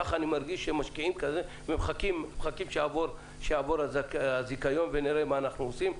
ככה אני מרגיש ש- -- ומחכים שיעבור הזיכיון ונראה מה אנחנו עושים,